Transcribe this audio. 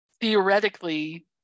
theoretically